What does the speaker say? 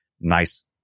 nice